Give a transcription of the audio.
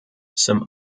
some